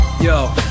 Yo